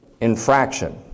infraction